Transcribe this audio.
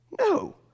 No